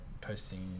posting